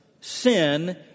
sin